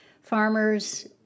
farmers